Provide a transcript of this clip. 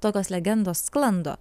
tokios legendos sklando